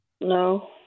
No